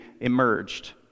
emerged